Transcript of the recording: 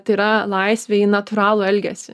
tai yra laisvė į natūralų elgesį